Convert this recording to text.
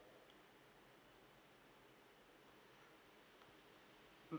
mm